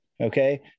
Okay